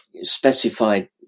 specified